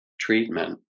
treatment